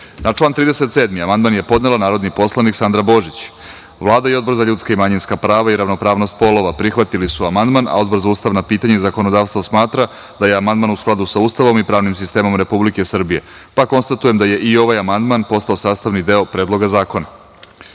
član 37. amandman je podneo narodni poslanik Sandra Božić. Vlada i Odbor za ljudska i manjinska prava i ravnopravnost polova prihvatili su amandman, a Odbor za ustavna pitanja i zakonodavstvo smatra da je amandman u skladu sa Ustavom i pravnim sistemom Republike Srbije, pa konstatujem da je ovaj amandman postao sastavni deo Predloga zakona. Na